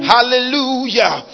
Hallelujah